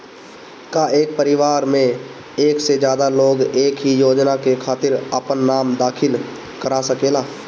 का एक परिवार में एक से ज्यादा लोग एक ही योजना के खातिर आपन नाम दाखिल करा सकेला?